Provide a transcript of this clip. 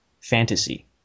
fantasy